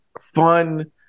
fun